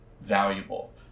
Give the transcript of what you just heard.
valuable